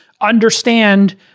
understand